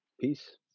Peace